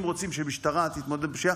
אם רוצים שהמשטרה תתמודד עם הפשיעה,